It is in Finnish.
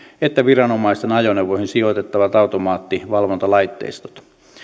että viranomaisten ajoneuvoihin sijoitettavat automaattivalvontalaitteistot